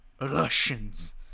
Russians